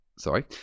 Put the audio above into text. Sorry